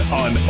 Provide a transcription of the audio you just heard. on